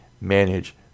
manage